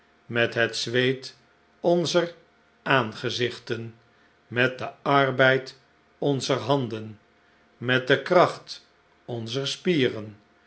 met het zweet onzer aangezichten met den arbeid onzer handen met de kracht onzer spieren